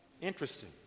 Interesting